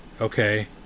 okay